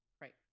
Right